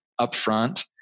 upfront